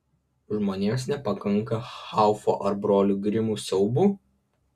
žmonėms nepakanka haufo ar brolių grimų siaubų